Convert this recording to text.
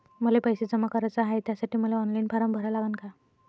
मले पैसे जमा कराच हाय, त्यासाठी मले ऑनलाईन फारम भरा लागन का?